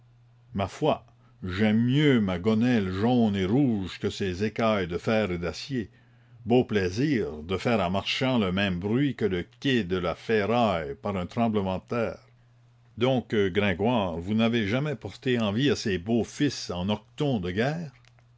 ma foi j'aime mieux ma gonelle jaune et rouge que ces écailles de fer et d'acier beau plaisir de faire en marchant le même bruit que le quai de la ferraille par un tremblement de terre donc gringoire vous n'avez jamais porté envie à ces beaux fils en hoquetons de guerre